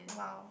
!wow!